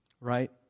right